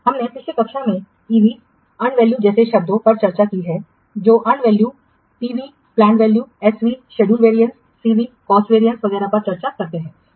हमने पिछली कक्षा के ईवी जैसे शब्दों पर चर्चा की है जो earn value PV planned value SV schedule variance CV cost variance वगैरह पर चर्चा करते हैं